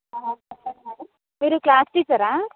చెప్పండి మ్యాడమ్ మీరు క్లాస్ టీచరా